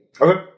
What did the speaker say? Okay